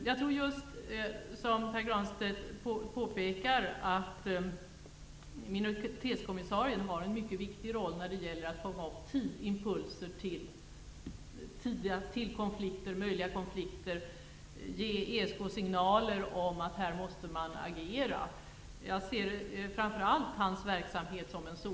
Jag tror att minoritetskommissarien, vilket Pär Granstedt påpekar, har en mycket viktig roll när det gäller att fånga upp tidiga impulser till möjliga konflikter och ge ESK signaler om att agera. Jag ser framför allt hans verksamhet så.